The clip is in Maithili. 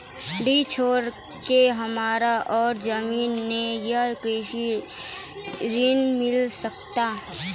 डीह छोर के हमरा और जमीन ने ये कृषि ऋण मिल सकत?